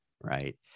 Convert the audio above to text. Right